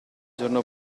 giorno